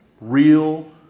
real